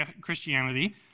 Christianity